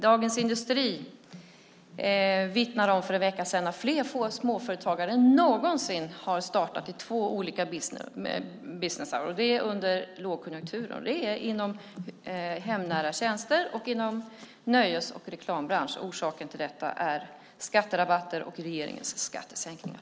Dagens Industri vittnade för en vecka sedan om att fler småföretag än någonsin har startat inom två olika businessområden, och det under lågkonjunkturen. Det är inom hemnära tjänster och inom nöjes och reklambranschen. Orsaken till detta är skatterabatter och regeringens skattesänkningar.